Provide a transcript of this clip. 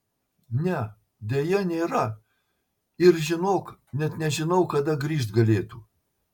ne deja nėra ir žinok net nežinau kada grįžt galėtų